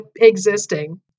existing